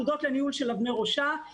עתודות לניהול של אבני ראשה,